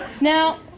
Now